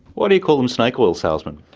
why do you call them snake oil salesmen?